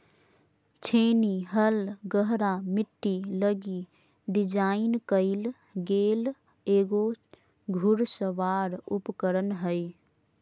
छेनी हल गहरा मिट्टी लगी डिज़ाइन कइल गेल एगो घुड़सवार उपकरण हइ